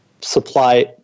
supply